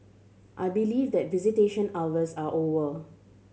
I believe that visitation hours are over